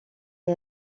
est